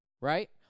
right